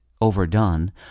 overdone